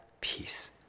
peace